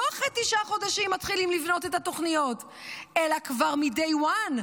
לא אחרי תשעה חודשים מתחילים לבנות את התוכניות אלא כבר מ-day one,